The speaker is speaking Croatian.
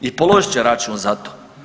I položit će račun za to.